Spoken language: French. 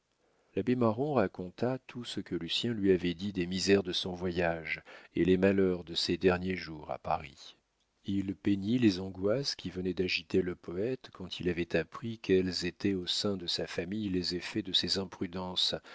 l'abbé marron raconta tout ce que lucien lui avait dit des misères de son voyage et les malheurs de ses derniers jours à paris il peignit les angoisses qui venaient d'agiter le poète quand il avait appris quels étaient au sein de sa famille les effets de ses imprudences